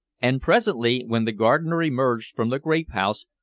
and presently, when the gardener emerged from the grape-house,